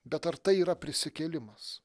bet ar tai yra prisikėlimas